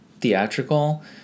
theatrical